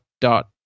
dot